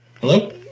Hello